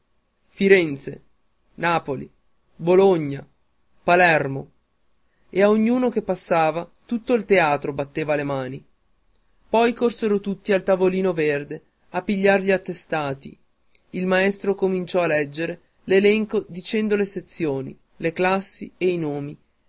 firenze napoli bologna palermo e a ognuno che passava tutto il teatro batteva le mani poi corsero tutti al tavolino verde a pigliar gli attestati il maestro cominciò a leggere l'elenco dicendo le sezioni le classi e i nomi